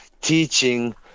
teaching